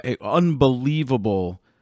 unbelievable